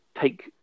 Take